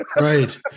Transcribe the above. Right